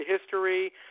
history